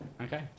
okay